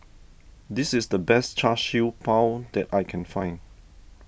this is the best Char Siew Bao that I can find